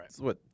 right